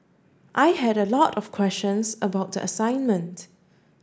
I had a lot of questions about the assignment